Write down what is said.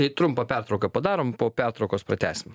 tai trumpą pertrauką padarom po pertraukos pratęsim